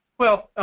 well,